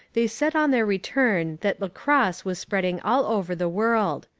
they said on their return that lacrosse was spreading all over the world.